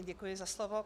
Děkuji za slovo.